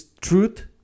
truth